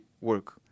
work